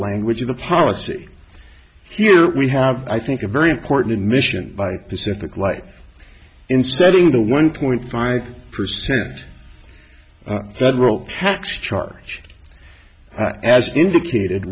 language of the policy here we have i think a very important mission by pacific life in setting the one point five percent federal tax charge as indicated